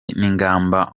n’ingamba